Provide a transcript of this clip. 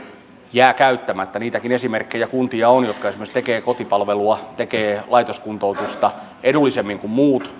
jää käyttämättä niitäkin esimerkkejä kuntia on jotka esimerkiksi tekevät kotipalvelua tekevät laitoskuntoutusta edullisemmin kuin muut